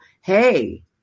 hey